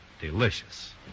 delicious